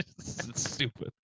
stupid